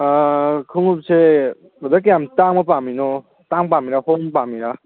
ꯈꯨꯃꯨꯛꯁꯦ ꯕ꯭ꯔꯗꯔ ꯀꯌꯥꯝ ꯇꯥꯡꯕ ꯄꯥꯝꯃꯤꯅꯣ ꯑꯇꯥꯡ ꯄꯥꯝꯃꯤꯔꯥ ꯑꯍꯣꯡ ꯄꯥꯝꯃꯤꯔꯥ